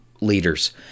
leaders